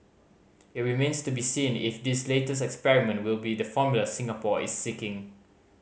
it remains to be seen if this latest experiment will be the formula Singapore is seeking